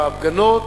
להפגנות,